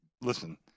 listen